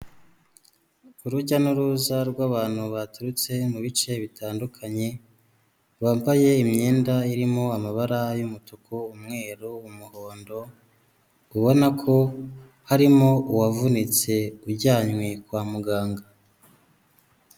Urujya n'uruza rw'abantu baturutse mu bice bitandukanye bambaye imyenda irimo amabara y'umutuku umweru umuhondo ubona ko harimo uwavunitse ujyanywe kwa muganga.